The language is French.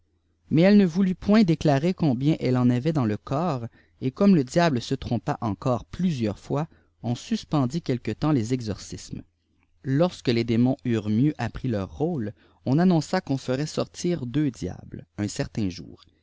mais elle ne voulut point déclarer combien elle enavait dansle corps et comme le diable se trompa encore plusieurs fois on suspendit quelque temps les exorcismes lorsque les démons eurent mieux appris leur rôle on annonça qu'on ferait sortir deux diables un certain jour